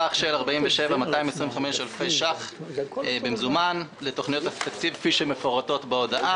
בסך של 47,225 אלפי ש"ח במזומן לתוכניות התקציב כפי שמפורטות בהודעה.